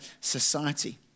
society